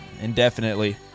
indefinitely